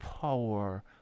power